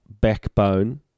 backbone